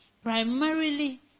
Primarily